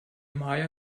maja